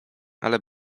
ale